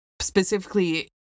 specifically